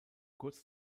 kurz